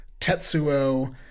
Tetsuo